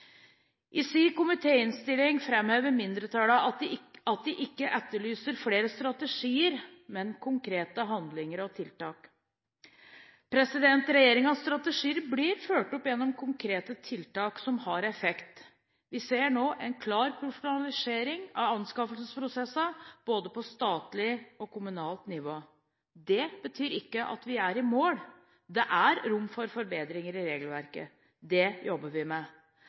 I sin komitéinnstilling framhever mindretallet at de ikke etterlyser flere strategier, men konkrete handlinger og tiltak. Regjeringens strategier blir fulgt opp gjennom konkrete tiltak som har effekt. Vi ser nå en klar profesjonalisering av anskaffelsesprosessene på både statlig og kommunalt nivå. Det betyr ikke at vi er i mål. Det er rom for forbedringer i regelverket. Det jobber vi med.